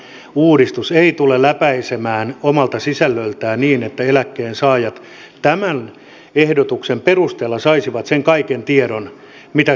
tämä uudistus ei tule läpäisemään omalta sisällöltään niin että eläkkeensaajat tämän ehdotuksen perusteella saisivat sen kaiken tiedon mitä kuuluisi saada